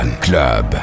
Club